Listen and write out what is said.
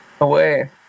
away